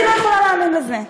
אני לא יכולה להאמין לזה.